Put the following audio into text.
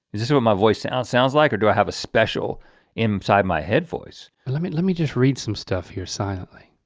is this what my voice sounds sounds like or do i have a special inside my head voice? let me let me just read some stuff here silently.